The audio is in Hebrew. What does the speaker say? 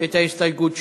את ההסתייגות שלו.